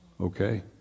Okay